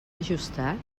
ajustat